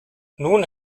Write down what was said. nun